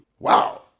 Wow